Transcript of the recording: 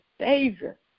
Savior